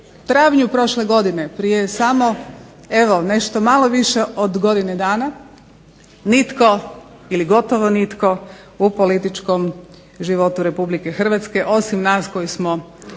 travnju prošle godine prije samo malo više od godine dana, nitko ili gotovo nitko u političkom životu Republike Hrvatske osim nas koji smo